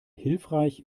hilfreich